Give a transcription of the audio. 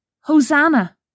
Hosanna